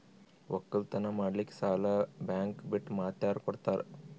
ಒಕ್ಕಲತನ ಮಾಡಲಿಕ್ಕಿ ಸಾಲಾ ಬ್ಯಾಂಕ ಬಿಟ್ಟ ಮಾತ್ಯಾರ ಕೊಡತಾರ?